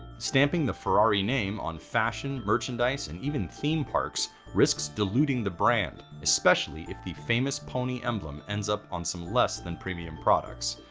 stamping the ferrari name on fashion, merchandise and even theme parks risks diluting the brand, especially if the famous pony emblem ends up on some less than premium products.